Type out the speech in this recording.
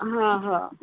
हां हा